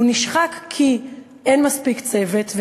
והוא נשחק כי אין מספיק צוות,